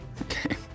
okay